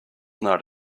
not